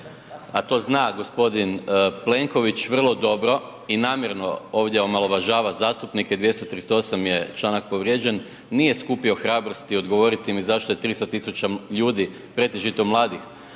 a to zna g. Plenković vrlo dobro i namjerno ovdje omaložava zastupnike, 238. je članak povrijeđen, nije skupio hrabrosti odgovoriti mi zašto je 300 000 ljudi, pretežito mladih,